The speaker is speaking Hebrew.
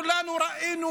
כולנו ראינו,